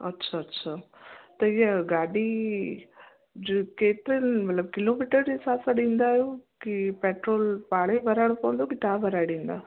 अछा अछा त हीअ गाॾी जि केतल मतिलबु किलो मीटर जे हिसाब ॾींदा आहियो की अ पिट्रोल पाणेई भराइणो पवंदो की तव्हां भराए ॾींदा